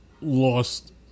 lost